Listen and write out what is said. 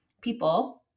people